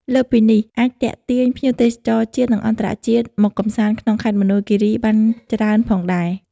លើសពីនេះអាចទាក់ទាញភ្ញៀវទេសចរណ៍ជាតិនិងអន្ថរជាតិមកកម្សាន្តក្នុងខេត្តមណ្ឌលគិរីបានច្រើនផងដែរ។